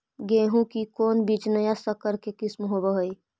गेहू की कोन बीज नया सकर के किस्म होब हय?